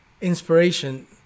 inspiration